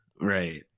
right